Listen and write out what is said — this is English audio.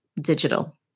digital